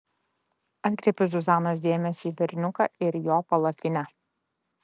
atkreipiu zuzanos dėmesį į berniuką ir jo palapinę